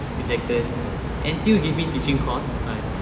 rejected N_T_U give me teaching course but